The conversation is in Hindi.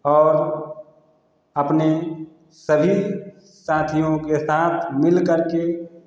और अपने सभी साथियों के साथ मिल कर के